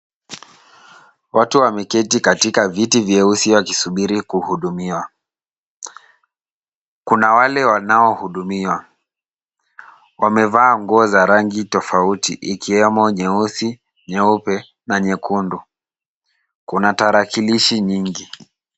Watu wameketi katika viti vyeusi wakisubiri kuhudumiwa. Kuna wale wanaohudumiwa, wamevaa nguo za rangi tofauti ikiwemo nyeusi, nyeupe na nyekundu . Kuna tarakilishi nyingi.